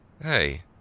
Hey